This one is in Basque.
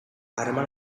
harreman